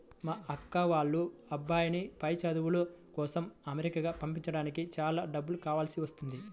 మా అక్క వాళ్ళ అబ్బాయిని పై చదువుల కోసం అమెరికా పంపించడానికి చాలా డబ్బులు కావాల్సి వస్తున్నది